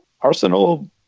Arsenal